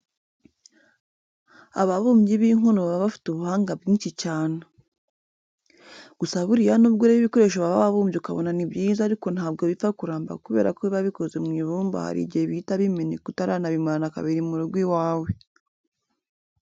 Ababumbyi b'inkono baba bafite ubuhanga bwinshi cyane. Gusa buriya nubwo ureba ibikoresho baba babumbye ukabona ni byiza ariko ntabwo bipfa kuramba kubera ko biba bikoze mu ibumba hari igihe bihita bimeneka utaranabimarana kabiri mu rugo iwawe.